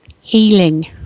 healing